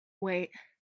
weight